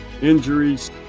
injuries